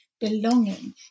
belonging